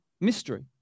mystery